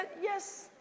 yes